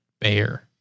bear